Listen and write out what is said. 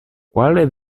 quale